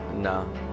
No